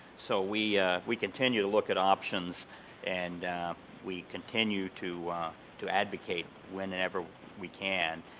so we we continue to look at options and we continue to to advocate whenever we can.